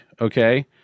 Okay